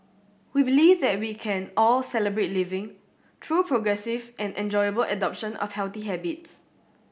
we believe that we can all 'Celebrate Living' through progressive and enjoyable adoption of healthy habits